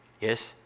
Yes